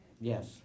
Yes